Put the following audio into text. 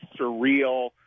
surreal